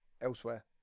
elsewhere